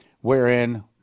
wherein